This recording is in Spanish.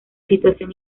situación